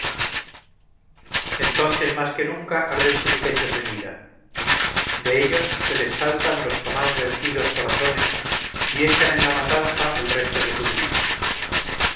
entonces más que nunca arden sus pechos en ira de ellos se les saltan los jamás vencido corazones y echan en la matanza el resto de su brío